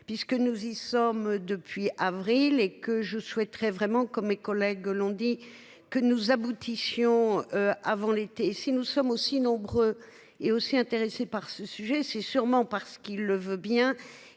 puisque nous y sommes depuis avril et que je souhaiterais vraiment comme mes collègues l'ont dit que nous aboutissions. Avant l'été. Si nous sommes aussi nombreux et aussi intéressés par ce sujet. C'est sûrement parce qu'il le veut bien